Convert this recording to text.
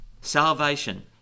Salvation